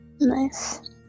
Nice